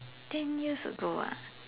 ten years ago ah